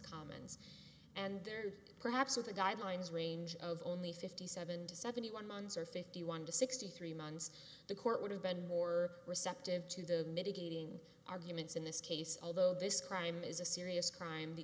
common and they're perhaps of the guidelines range of only fifty seven to seventy one months or fifty one to sixty three months the court would have been more receptive to the mitigating arguments in this case although this crime is a serious crime the